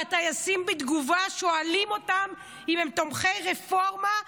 והטייסים בתגובה שואלים אותם אם הם תומכי רפורמה,